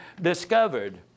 discovered